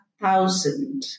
thousand